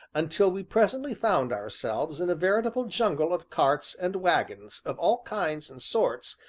until we presently found ourselves in a veritable jungle of carts and wagons of all kinds and sorts,